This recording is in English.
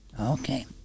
Okay